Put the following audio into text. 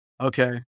Okay